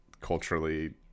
culturally